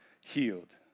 healed